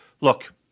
Look